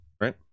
right